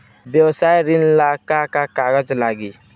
व्यवसाय ऋण ला का का कागज लागी?